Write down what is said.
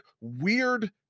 weird